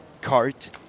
cart